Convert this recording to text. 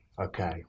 Okay